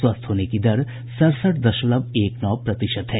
स्वस्थ होने की दर सड़सठ दशमलव एक नौ प्रतिशत है